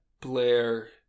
Blair